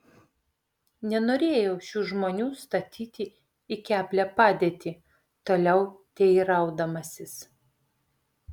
nenorėjau šių žmonių statyti į keblią padėtį toliau teiraudamasis